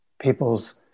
people's